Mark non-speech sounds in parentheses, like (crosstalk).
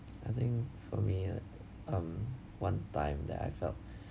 I think for me um one time that I felt (breath)